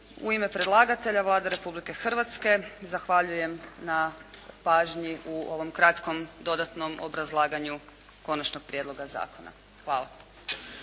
U ime predlagatelja Vlade Republike Hrvatske zahvaljujem na pažnji u ovom kratkom dodatnom obrazlaganju konačnog prijedloga zakona. Hvala.